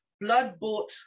Blood-bought